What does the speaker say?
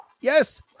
Yes